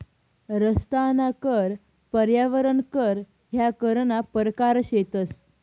रस्ताना कर, पर्यावरण कर ह्या करना परकार शेतंस